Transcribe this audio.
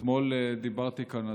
אתמול דיברתי כאן,